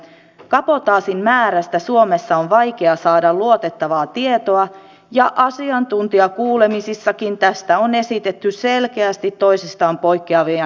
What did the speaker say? kabotaasin määrästä suomessa on vaikea saada luotettavaa tietoa ja asiantuntijakuulemisissakin tästä on esitetty selkeästi toisistaan poikkeavia näkemyksiä